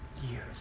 years